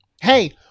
Hey